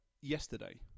yesterday